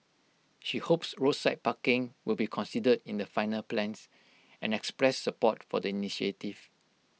she hopes roadside parking will be considered in the final plans and expressed support for the initiative